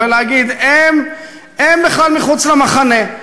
ולהגיד: הם בכלל מחוץ למחנה.